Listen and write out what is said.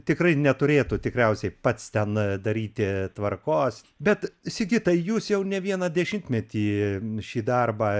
tikrai neturėtų tikriausiai pats ten daryti tvarkos bet sigitai jūs jau ne vieną dešimtmetį šį darbą